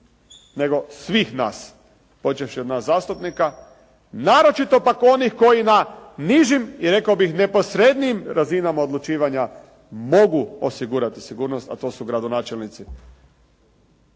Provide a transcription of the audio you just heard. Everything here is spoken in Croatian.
nego svih nas, počevši od nas zastupnika, naročito pak onih koji na nižim i rekao bih neposrednijim razinama odlučivanja mogu osigurati sigurnost, a to su gradonačelnici.